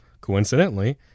coincidentally